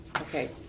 okay